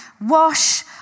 wash